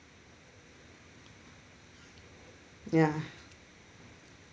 ya